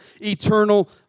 eternal